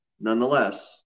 Nonetheless